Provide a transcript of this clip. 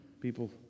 People